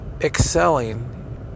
excelling